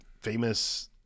famous